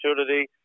opportunity